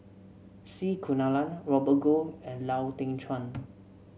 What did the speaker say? C Kunalan Robert Goh and Lau Teng Chuan